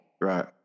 Right